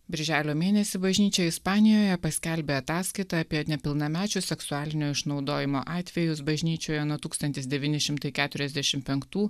birželio mėnesį bažnyčia ispanijoje paskelbė ataskaitą apie nepilnamečių seksualinio išnaudojimo atvejus bažnyčioje nuo tūkstantis devyni šimtai keturiasdešim penktų